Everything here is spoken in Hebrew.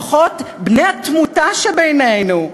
לפחות בני התמותה שבינינו,